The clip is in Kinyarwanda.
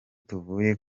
tuvuye